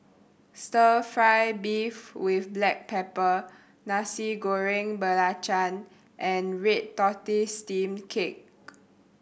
Stir Fry beef with black pepper Nasi Goreng Belacan and red tortoise steamed cake